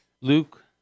Luke